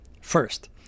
first